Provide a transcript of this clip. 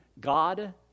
God